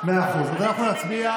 מאה אחוז, אז אנחנו נצביע.